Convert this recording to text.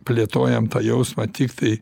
plėtojam tą jausmą tiktai